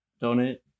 donate